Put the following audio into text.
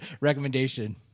recommendation